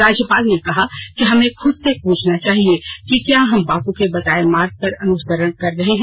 राज्यपाल ने कहा कि हमें खुद से पूछना चाहिए कि क्या हम बापू के बताये मार्ग का अनुसरण कर रहे हैं